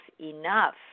enough